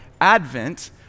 Advent